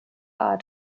art